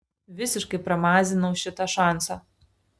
visiškai pramazinau šitą šansą